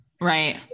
Right